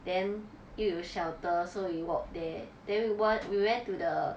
then 又有 shelter so we walk there then we want we went to the